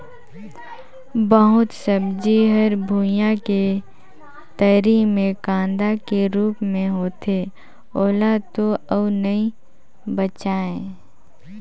बहुत सब्जी हर भुइयां के तरी मे कांदा के रूप मे होथे ओला तो अउ नइ बचायें